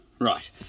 Right